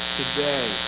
today